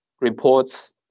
reports